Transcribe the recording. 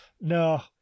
no